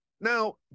Now